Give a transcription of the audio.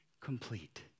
complete